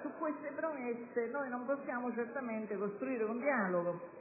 Su queste premesse noi non possiamo certamente costruire un dialogo.